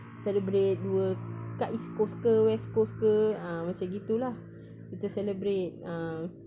celebrate dua kat east coast ke west coast ke ah macam gitu lah kita celebrate ah